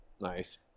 Nice